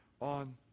on